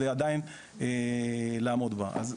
על מנת עדיין לעמוד בה.